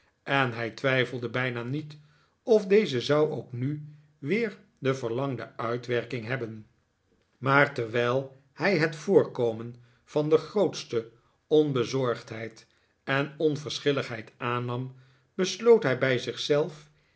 en hij twijfelde bijna niet of deze zou ook nu weer de verlangde uitwerking hebben maar terwijl hij het yoorkomen van de grootste onbezorgdheid en onverschilligheid aannam besloot hij bij